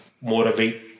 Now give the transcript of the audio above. motivate